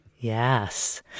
Yes